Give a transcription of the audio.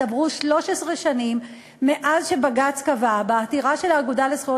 עברו 13 שנים מאז קבע בג"ץ בעתירה של האגודה לזכויות